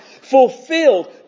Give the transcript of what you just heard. fulfilled